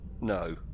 No